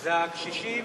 הם הקשישים